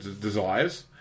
desires